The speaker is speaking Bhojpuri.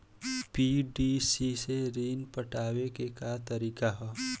पी.डी.सी से ऋण पटावे के का तरीका ह?